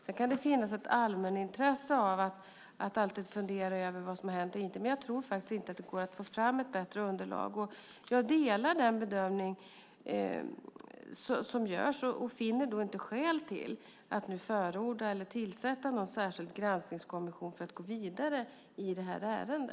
Sedan kan det finnas ett allmänintresse av att alltid fundera över vad som har hänt och inte. Men jag tror faktiskt inte att det går att få fram ett bättre underlag. Jag delar den bedömning som görs och finner inte skäl att nu förorda eller tillsätta någon särskild granskningskommission för att gå vidare i detta ärende.